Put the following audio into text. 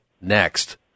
NEXT